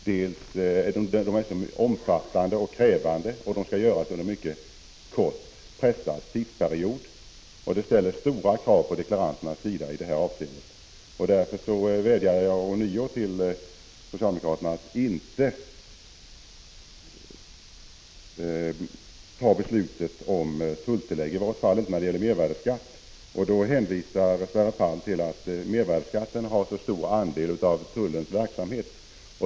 De är omfattande och krävande och skall göras under tidspress. Det ställer stora krav på deklaranterna. Jag vädjar därför ånyo till socialdemokraterna att inte besluta om tulltillägg, i varje fall inte när det gäller medvärdeskatt. Sverre Palm hänvisar till den stora andel som mervärdeskatten har av tullens verksamhet.